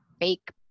fake